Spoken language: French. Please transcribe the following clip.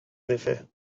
effet